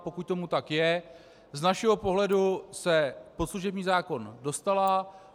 Pokud tomu tak je, z našeho pohledu se pod služební zákon dostala.